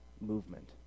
movement